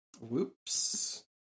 Whoops